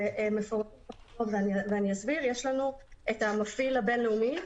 יש לנו המפעיל הבין-לאומי,